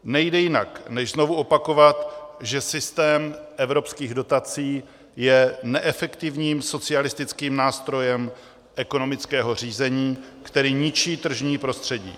Nejde jinak, než znovu opakovat, že systém evropských dotací je neefektivním socialistickým nástrojem ekonomického řízení, který ničí tržní prostředí.